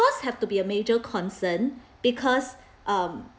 costs have to be a major concern because um